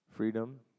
freedom